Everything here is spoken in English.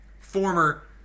former